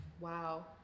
Wow